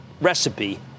recipe